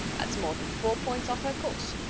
thats more than four points off her course.